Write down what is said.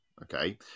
Okay